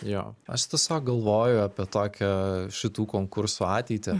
jo aš tiesiog galvoju apie tokią šitų konkursų ateitį